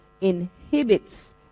inhibits